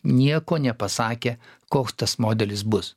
nieko nepasakė koks tas modelis bus